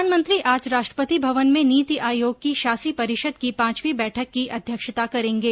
प्रधानमंत्री आज राष्ट्रपति भवन में नीति आयोग की शासी परिषद् की पांचवी बैठक की अध्यक्षता करेंगे